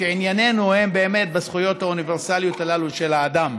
שענייננו הוא באמת בזכויות האוניברסליות הללו של האדם.